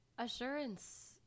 Assurance